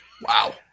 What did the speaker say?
Wow